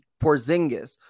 Porzingis